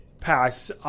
pass